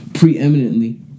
preeminently